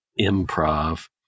improv